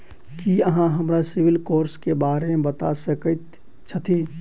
की अहाँ हमरा सिबिल स्कोर क बारे मे बता सकइत छथि?